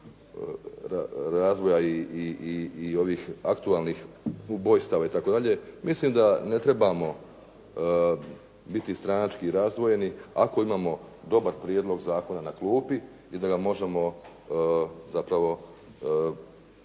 razvoja i ovih aktualnih ubojstava itd., mislim da ne trebamo biti stranački razdvojeni ako imamo dobar prijedlog zakona na klupi i da ga možemo zapravo